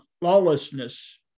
lawlessness